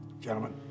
gentlemen